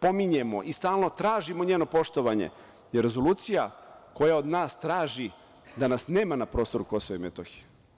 pominjemo i stalno tražimo njeno poštovanje, je rezolucija koja od nas traži da nas nema na prostoru KiM.